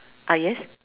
ah yes